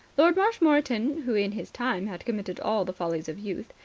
lord marshmoreton, who in his time had committed all the follies of youth,